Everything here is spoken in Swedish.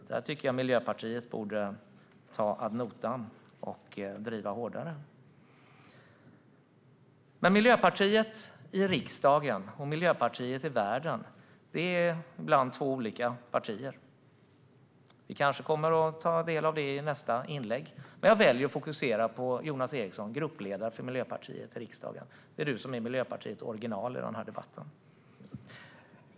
Detta tycker jag att Miljöpartiet borde ta ad notam och driva hårdare. Men Miljöpartiet i riksdagen och Miljöpartiet i världen är ibland två olika partier. Vi kanske kommer att få ta del av det i nästa inlägg. Jag väljer att fokusera på Jonas Eriksson, gruppledare för Miljöpartiet i riksdagen. Det är du som är Miljöpartiet original i den här debatten.